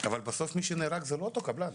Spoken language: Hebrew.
אבל בסוף מי שנהרג זה לא אותו קבלן,